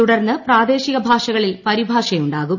തുടർന്ന് പ്രാദേശിക ഭാഷകളിൽ പരിഭാഷയുണ്ടാകും